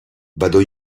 vado